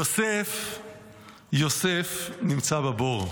יוסף נמצא בבור.